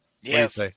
Yes